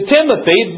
Timothy